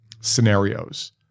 scenarios